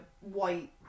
white